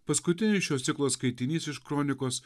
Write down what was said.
paskutinis šio ciklo skaitinys iš kronikos